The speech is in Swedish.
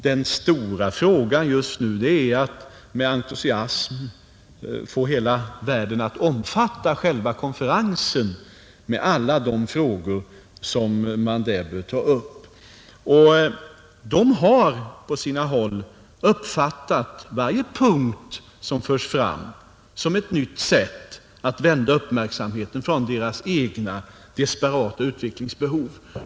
Den stora frågan just nu är att få hela världen att med entusiasm omfatta själva konferensen med alla de frågor som man där bör ta upp. U-länderna har på sina håll uppfattat varje punkt som förs fram som ett nytt sätt att vända uppmärksamheten bort från deras egna desperata utvecklingsbehov.